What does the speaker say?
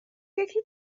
یکی